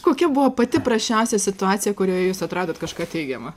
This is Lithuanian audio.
kokia buvo pati prasčiausia situacija kurioje jūs atradot kažką teigiama